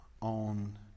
on